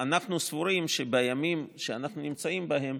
אנחנו סבורים שבימים שאנחנו נמצאים בהם